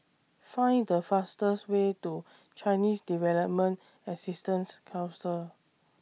Find The fastest Way to Chinese Development Assistance Council